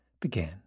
began